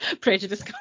prejudice